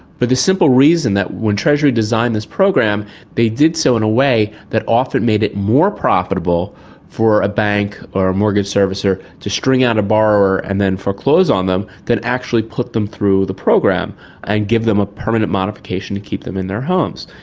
but the simple reason that when treasury designed this program they did so in a way that often made it more profitable for a bank or a mortgage servicer to string out a borrower and then foreclose on them than actually put them through the program and give them a permanent modification to keep them in their homes.